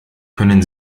können